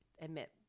admit